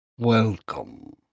Welcome